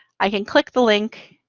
i can click the link,